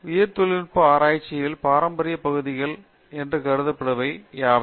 உயிரித் தொழில்நுட்பம் ஆராய்ச்சியில் பாரம்பரிய பகுதிகள் என்று கருதப்படுபவை யாவை